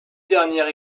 dernières